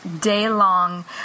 day-long